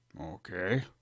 Okay